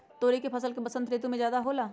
तोरी के फसल का बसंत ऋतु में ज्यादा होला?